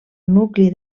nucli